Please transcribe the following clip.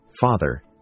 Father